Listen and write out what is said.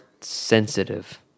sensitive